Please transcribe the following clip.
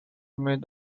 mid